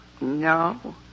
No